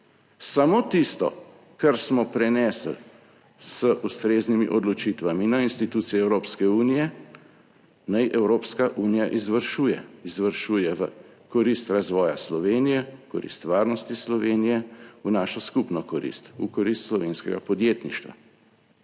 Samo tisto, kar smo prenesli z ustreznimi odločitvami na institucije Evropske unije, naj Evropska unija izvršuje - izvršuje v korist razvoja Slovenije, v korist varnosti Slovenije, v našo skupno korist, v korist slovenskega podjetništva;